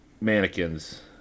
mannequins